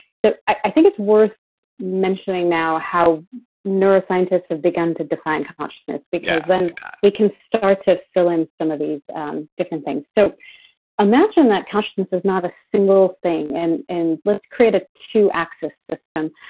so i think it's worth mentioning now how neuroscientists have begun to define consciousness because then we can start to fill in some of these um different things. so imagine that consciousness is not a single thing and let's create a two axis system.